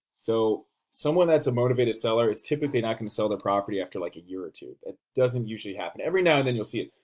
so someone that's a motivated seller is typically not going to sell their property after like a year or two, that doesn't usually happen. every now and then you'll see it,